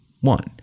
one